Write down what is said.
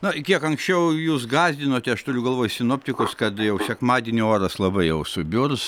na kiek anksčiau jūs gąsdinote aš turiu galvoj sinoptikus kad jau sekmadienį oras labai jau subjurs